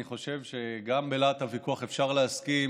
אני חושב שגם בלהט הוויכוח אפשר להסכים